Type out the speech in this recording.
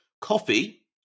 coffee